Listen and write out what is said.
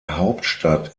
hauptstadt